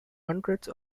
hundreds